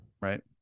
right